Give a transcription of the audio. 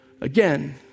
again